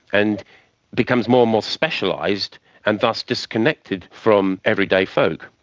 and becomes more and more specialised and thus disconnected from everyday folk.